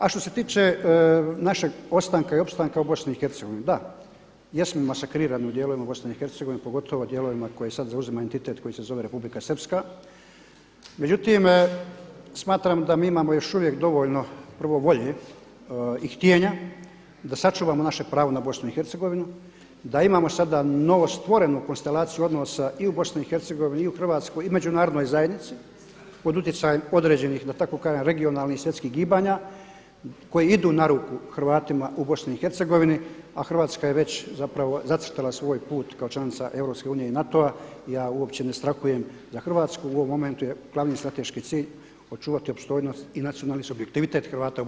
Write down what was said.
A što se tiče našeg ostanka i opstanka u BiH, da, jesmo masakrirani u dijelovima BiH, pogotovo dijelovima koji sada zauzima entitet koji se zove Republika Srpska, međutim smatram da mi imamo još uvijek dovoljno prvo volje i htjenja da sačuvamo naše pravo na BiH, da imamo sada novostvorenu konstelaciju odnosa i u BiH i u Hrvatskoj i međunarodnoj zajednici pod utjecajem određenih da tako kažem regionalnih svjetskih gibanja koji idu na ruku Hrvatima u BiH, a Hrvatska je već zacrtala svoj put kao članica EU i NATO-a i ja uopće ne strahujem za Hrvatsku u ovom momentu je glavni strateški cilj očuvati opstojnost i nacionalni subjektivitet Hrvata u BiH.